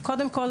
קודם כל,